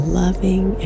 loving